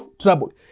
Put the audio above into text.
trouble